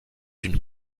une